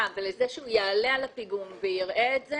ולזה שהוא יעלה על הפיגום ויראה את זה